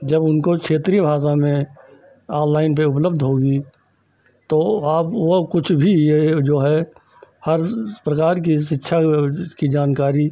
जब उनको क्षेत्रीय भाषा में ऑनलाइन पर उपलब्ध होगी तो आप वह कुछ भी यह जो है हर प्रकार की शिक्षा की जानकारी